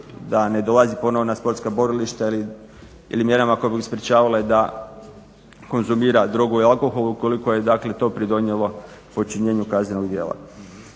da ne dolazi ponovo na sportska borilišta ili mjerama koje bi sprečavale da konzumira drogu i alkohol ukoliko je dakle to pridonijelo počinjenju kaznenog djela.